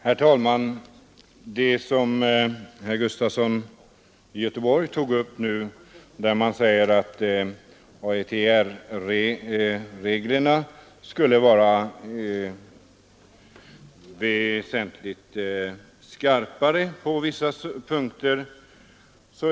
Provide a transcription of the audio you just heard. Herr talman! Herr Gustafson i Göteborg sade att AETR-reglerna på vissa punkter är väsentligt strängare än motsvarande svenska regler.